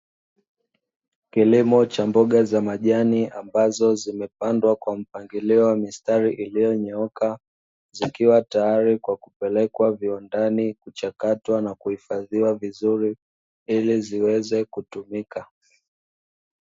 Kilimo cha mboga za majani ambazo zimepandwa kwa mpangilio wa mistari ulionyooka, zikiwa tayari kwa kupelekwa viwandani kuchakatwa na kuhifadhiwa vizuri, ili ziweze kutumika.